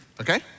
Okay